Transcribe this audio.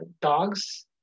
dogs